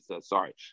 Sorry